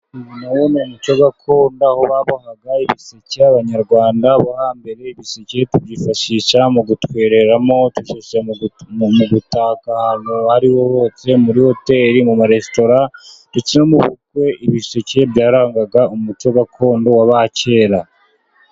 Uyu na wo ni umuco gakondo aho babohaga ibiseke, abanyarwanda bo hambere ibiseke tubyifashisha mu gutwereramo, tubyifashisha mu gutaka aho ariho wose, muri hoteli, mu maresitora, ndetse mu bukwe ibiseke byarangaga umuco gakondo w'abakera.